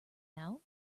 now